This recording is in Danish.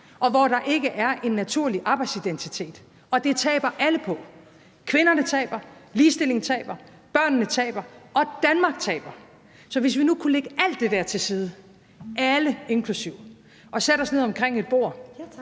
hos hvem der ikke er en naturlig arbejdsidentitet, og det taber alle på. Kvinderne taber. Ligestillingen taber. Børnene taber, og Danmark taber. Så hvis nu vi kunne lægge alt det der til side – alle inklusive – og sætte os ned omkring et bord